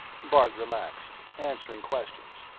bart relaxed, answering questions.